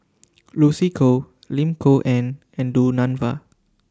Lucy Koh Lim Kok Ann and Du Nanfa